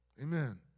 Amen